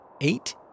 eight